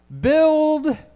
build